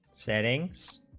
settings